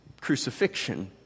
crucifixion